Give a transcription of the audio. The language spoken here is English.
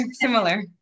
similar